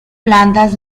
plantas